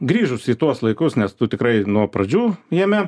grįžus į tuos laikus nes tu tikrai nuo pradžių jame